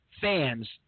fans